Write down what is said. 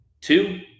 Two